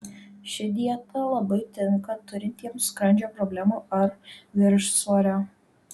ši dieta labai tinka turintiems skrandžio problemų ar viršsvorio